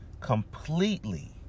completely